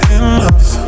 enough